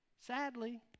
sadly